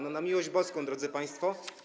No, na miłość boską, drodzy państwo.